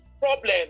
problem